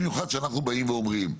במיוחד כשאנחנו באים ואומרים,